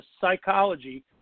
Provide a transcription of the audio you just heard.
psychology